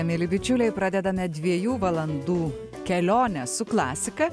mieli bičiuliai pradedame dviejų valandų kelionę su klasika